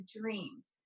dreams